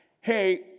Hey